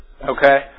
Okay